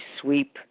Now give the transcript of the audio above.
sweep